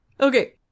Okay